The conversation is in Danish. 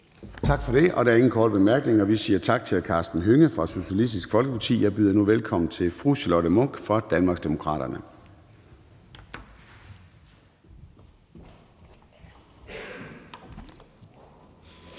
Tak for det. Der er ingen korte bemærkninger. Vi siger tak til hr. Karsten Hønge fra Socialistisk Folkeparti. Og jeg byder nu velkommen til fru Charlotte Munch fra Danmarksdemokraterne.